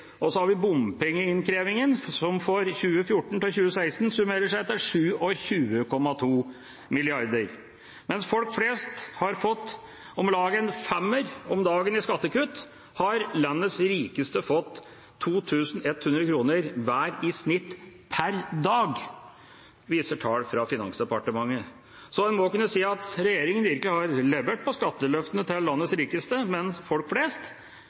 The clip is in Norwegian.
Og så har vi bompengeinnkrevingen, som for 2014–2016 summerer seg til 27,2 mrd. kr. Mens «folk flest» har fått om lag en femmer om dagen i skattekutt, har landets rikeste fått 2 100 kr hver i snitt per dag, viser tall fra Finansdepartementet. Så en må kunne si at regjeringa virkelig har levert på skatteløftene til landets rikeste, mens folk flest